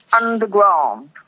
underground